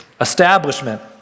establishment